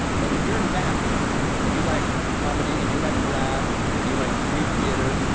and if you're in bath and you like comedy, and you like to laugh, and you like street theater,